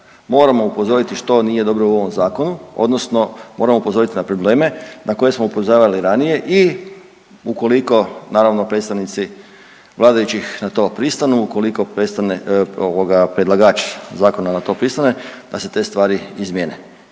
Moramo upozoriti što nije dobro u ovom zakonu, odnosno moramo upozoriti na probleme na koje smo upozoravali ranije i ukoliko naravno predstavnici vladajućih na to pristanu, ako predlagač zakona na to pristane da se te stvari izmijene.